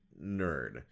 nerd